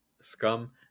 scum